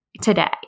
today